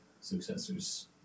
successors